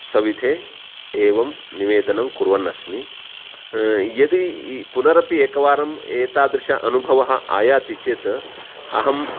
सविधे एवं निवेदनं कुर्वन् अस्मि यदि यः पुनरपि एकवारम् एतादृशः अनुभवः आयाति चेत् अहम्